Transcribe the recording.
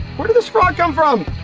where did this frog come from?